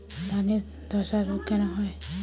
ধানে ধসা রোগ কেন হয়?